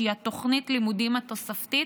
שהיא תוכנית הלימודים התוספתית,